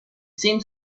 seemed